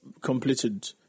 completed